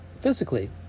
physically